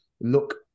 look